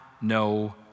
no